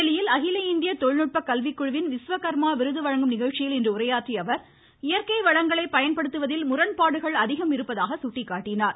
புதுதில்லியில் அகில இந்திய தொழில்நுட்ப கல்விக்குழுவின் விஸ்வகர்மா விருது வழங்கும் நிகழ்ச்சியில் இன்று உரையாற்றிய அவர் இயற்கை வளங்களை பயன்படுத்துவதில் முரண்பாடுகள் அதிகம் இருப்பதாக சுட்டிக்காட்டினார்